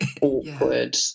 awkward